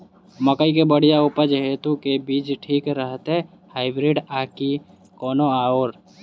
मकई केँ बढ़िया उपज हेतु केँ बीज ठीक रहतै, हाइब्रिड आ की कोनो आओर?